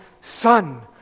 Son